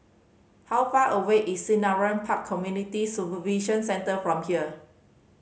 how far away is Selarang Park Community Supervision Centre from here